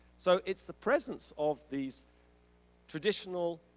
so it's the presence of these traditional,